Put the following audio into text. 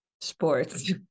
sports